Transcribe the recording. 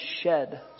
shed